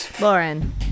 Lauren